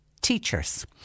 teachers